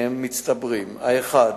שהם מצטברים: האחד,